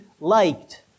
liked